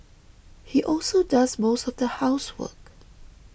he also does most of the housework